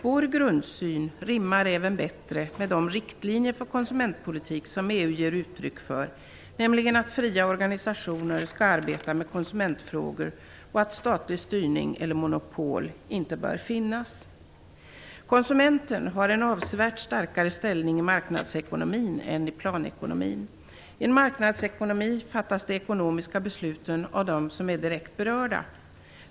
Vår grundsyn rimmar även bättre med de riktlinjer för konsumentpolitik som EU ger uttryck för, nämligen att fria organisationer skall arbeta med konsumentfrågor och att statlig styrning eller monopol inte bör finnas. Konsumenten har en avsevärt starkare ställning i marknadsekonomin än i planekonomin. I en marknadsekonomi fattas de ekonomiska besluten av dem som är direkt berörda.